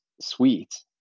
sweet